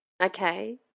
Okay